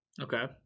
Okay